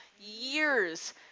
years